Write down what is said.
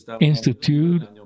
institute